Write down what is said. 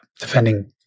defending